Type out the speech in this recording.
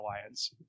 alliance